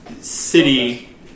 city